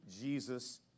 Jesus